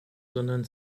sondern